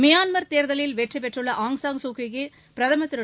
Myanmar தேர்தலில் வெற்றி பெற்றுள்ள ஆங்காங் சூ கீ க்கு பிரதமர் திரு